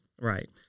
Right